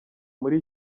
muri